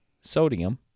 sodium